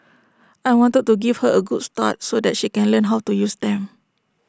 I wanted to give her A good start so that she can learn how to use them